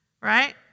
Right